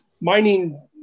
mining